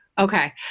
Okay